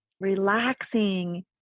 relaxing